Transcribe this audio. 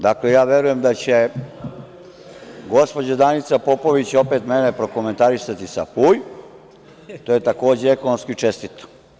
Dakle, ja verujem da će gospođa Danica Popović opet mene prokomentarisati sa „puj“, to je takođe ekonomski čestito.